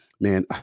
man